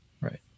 Right